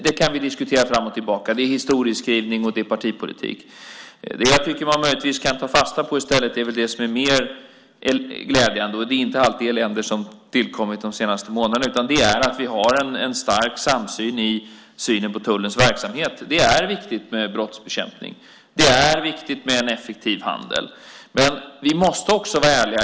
Det kan vi diskutera fram och tillbaka. Det är historieskrivning, och det är partipolitik. Det jag tycker att man möjligtvis kan ta fasta på i stället är väl något som är mer glädjande. Det är inte allt elände som har tillkommit de senaste månaderna, utan det är att vi har en stark samsyn på tullens verksamhet. Det är viktigt med brottsbekämpning. Det är viktigt med en effektiv handel. Men vi måste också vara ärliga.